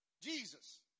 Jesus